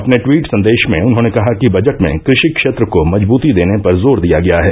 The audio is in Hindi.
अपने ट्वीट संदेश में उन्होंने कहा कि बजट में कृषि क्षेत्र को मजबूती देने पर जोर दिया गया है